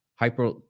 hyper